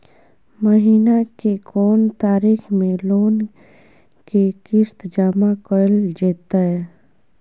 महीना के कोन तारीख मे लोन के किस्त जमा कैल जेतै?